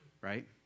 Right